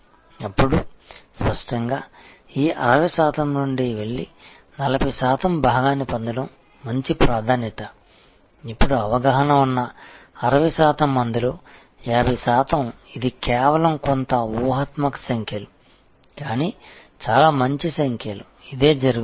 అప్పుడు స్పష్టంగా ఈ 60 శాతం నుండి వెళ్లి 40 శాతం భాగాన్ని పొందడం మంచి ప్రాధాన్యత ఇప్పుడు అవగాహన ఉన్న 60 శాతం మందిలో 50 శాతం ఇది కేవలం కొంత ఊహాత్మక సంఖ్యలు కానీ చాలా మంచి సంఖ్యలు ఇదే జరుగుతుంది